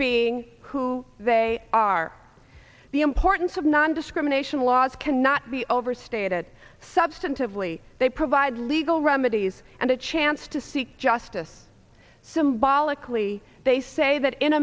being who they are the importance of nondiscrimination laws cannot be overstated substantively they provide legal remedies and a chance to see justice symbolically they say that in